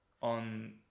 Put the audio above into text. on